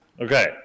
Okay